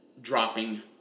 dropping